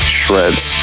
shreds